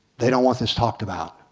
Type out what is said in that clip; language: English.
they don't want this talked about.